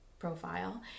profile